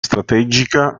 strategica